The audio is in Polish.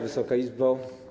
Wysoka Izbo!